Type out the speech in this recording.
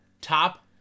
top